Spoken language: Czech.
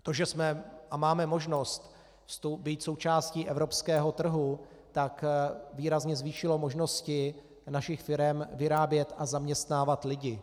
To, že jsme a máme možnost být součástí evropského trhu, výrazně zvýšilo možnosti našich firem vyrábět a zaměstnávat lidi.